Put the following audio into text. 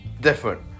different